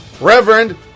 reverend